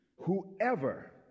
whoever